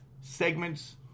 segments